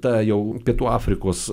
ta jau pietų afrikos